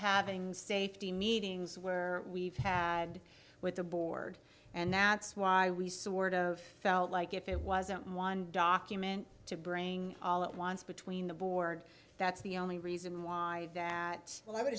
having safety meetings where we've had with the board and that's why we sort of felt like if it wasn't one document to bring all it wants between the board that's the only reason why that well i would